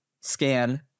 scan